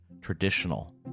traditional